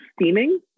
steaming